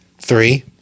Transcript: Three